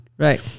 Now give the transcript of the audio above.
right